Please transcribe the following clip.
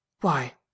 Why